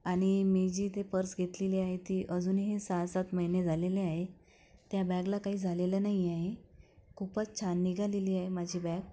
आणि मी जी ते पर्स घेतलेली आहे ती अजूनही सहा सात महिने झालेले आहे त्या बॅगला काही झालेलं नाही आहे खूपच छान निघालेली आहे माझी बॅग